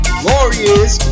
glorious